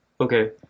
okay